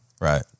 Right